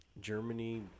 Germany